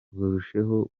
barusheho